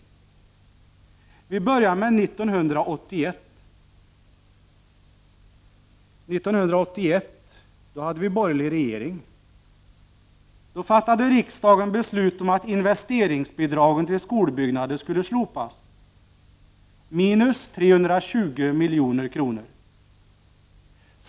Låt mig börja med 1981, då vi hade en borgerlig regering. Då fattade riksdagen beslut om att investeringsbidragen till skolbyggnader skulle slopas — minus 320 milj.kr.